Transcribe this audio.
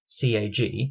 CAG